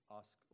ask